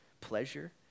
pleasure